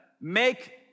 make